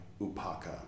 Upaka